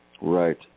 right